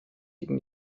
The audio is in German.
gegen